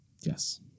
Yes